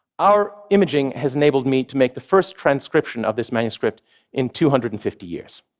our imaging has enabled me to make the first transcription of this manuscript in two hundred and fifty years.